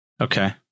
Okay